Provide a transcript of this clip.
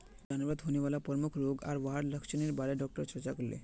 जानवरत होने वाला प्रमुख रोग आर वहार लक्षनेर बारे डॉक्टर चर्चा करले